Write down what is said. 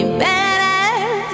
better